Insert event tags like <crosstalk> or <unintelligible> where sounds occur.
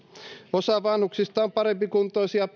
osa vanhuksista on parempikuntoisia <unintelligible>